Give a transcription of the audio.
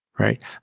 right